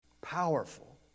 powerful